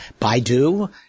Baidu